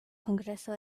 kongreso